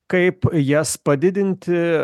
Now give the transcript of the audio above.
kaip jas padidinti